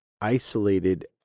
isolated